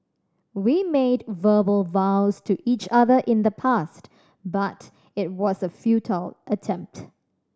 we made verbal vows to each other in the past but it was a futile attempt